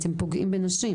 אתם פוגעים בנשים,